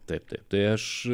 taip tai tai aš